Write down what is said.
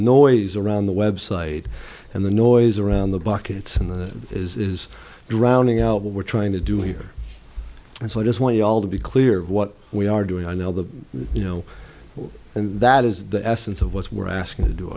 noise around the website and the noise around the buckets and the is drowning out what we're trying to do here so i just want you all to be clear of what we are doing i know that you know and that is the essence of what we're asking to do